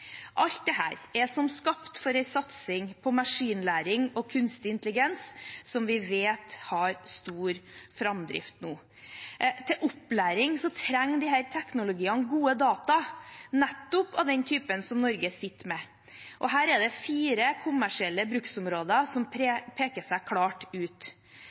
Alt dette er som skapt for en satsing på maskinlæring og kunstig intelligens, som vi vet har stor framdrift nå. I opplæringen trenger disse teknologiene gode data, nettopp av den typen som Norge sitter med. Her er det fire kommersielle bruksområder som peker seg klart ut: